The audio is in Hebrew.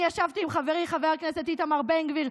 אני ישבתי עם חברי חבר הכנסת איתמר בן גביר,